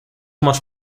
much